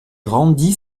rendit